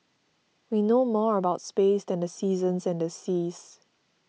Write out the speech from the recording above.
we know more about space than the seasons and the seas